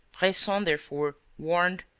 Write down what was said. bresson, therefore, warned,